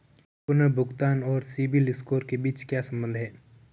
पुनर्भुगतान और CIBIL score के बीच क्या संबंध है?